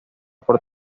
por